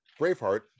*Braveheart*